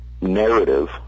narrative